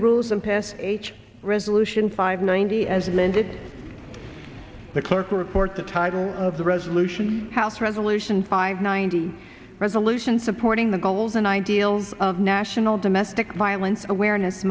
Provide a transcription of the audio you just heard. the rules and pass each resolution five ninety as it landed the clerk report the title of the resolution house resolution five ninety resolution supporting the goals and ideals of national domestic violence awareness